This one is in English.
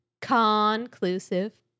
Conclusive